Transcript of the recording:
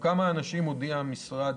או כמה אנשים הודיע המשרד